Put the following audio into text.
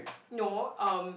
no um